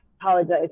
apologize